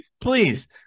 please